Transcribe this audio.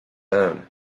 own